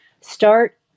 start